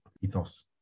ethos